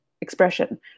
expression